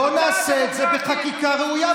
בואו נעשה את זה בחקיקה ראויה,